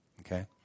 Okay